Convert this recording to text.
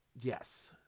yes